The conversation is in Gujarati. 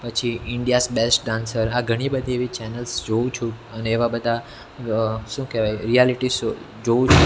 પછી ઇન્ડિયાઝ બેસ્ટ ડાન્સર આ ઘણી બધી એવી ચેનલ્સ જોઉં છું અને એવા બધા શું કહેવાય રિયાલિટી શો જોઉં છું